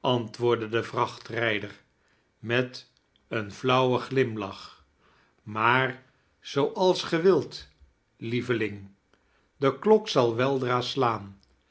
autwoordde de vrachtrijder met een flauwen glimlach maar zooals ge wilt lieveling de klok zal weldra slaan